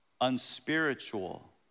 unspiritual